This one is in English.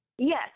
Yes